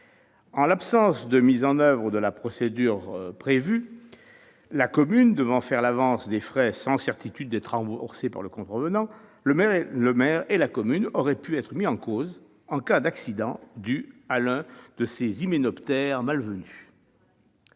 En l'absence de mise en oeuvre de la procédure prévue, la commune devant faire l'avance des frais sans certitude d'être remboursée par le contrevenant, le maire et la commune auraient pu être mis en cause en cas d'accident dû à l'un de ces hyménoptères malvenus.